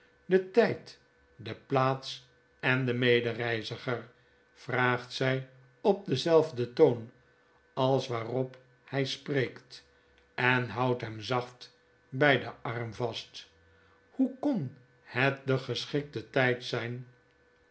de tijd de plaats en de medereiziger vraagt zy op denzelfden toon als waarop hy spreekt en houdt hem zacht bij den arm vast hoe kon het de geschikte tijd zyn